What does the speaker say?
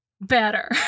better